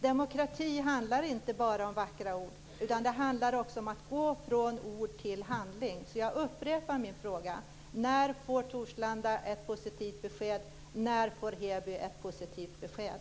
Demokrati handlar inte bara om vackra ord, utan det handlar också om att gå från ord till handling. Så jag upprepar min fråga: När får Torslanda ett positivt besked, och när får Heby ett positivt besked?